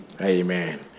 Amen